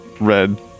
red